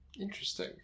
Interesting